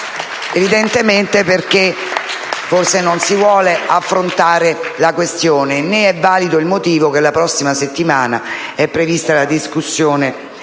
Evidentemente perché forse non si vuole affrontare la questione. Né è valida la giustificazione che la prossima settimana è prevista la discussione